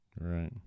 Right